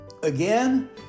Again